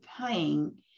playing